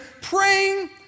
praying